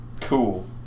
Cool